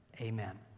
amen